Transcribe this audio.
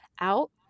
out